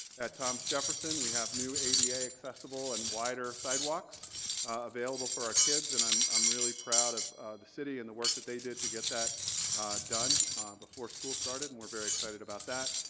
at thomas jefferson we have new ada accessible and wider sidewalks available for our kids and i'm i'm really proud of the city and the work that they did to get that done before school started and we're very excited about that.